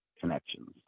connections